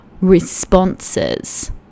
responses